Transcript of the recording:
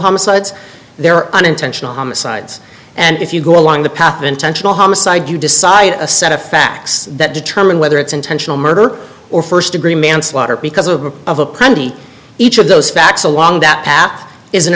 homicides there are unintentional homicides and if you go along the path of intentional homicide you decide a set of facts that determine whether it's intentional murder or first degree manslaughter because of a panty each of those facts along that path is